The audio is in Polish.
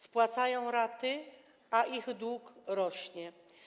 Spłacają raty, a ich dług rośnie.